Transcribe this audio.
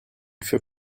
für